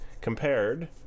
compared